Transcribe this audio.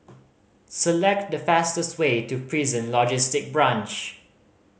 select the fastest way to Prison Logistic Branch